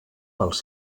pels